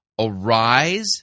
Arise